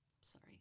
Sorry